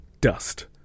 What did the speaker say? dust